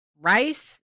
rice